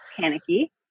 panicky